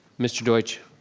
mr. deutsch?